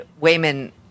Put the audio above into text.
Wayman